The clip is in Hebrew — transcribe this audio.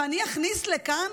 ואני אכניס לכאן